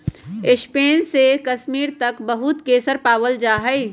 Spain से कश्मीर तक बहुत केसर पावल जा हई